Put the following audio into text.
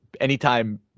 anytime